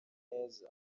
neza